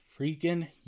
Freaking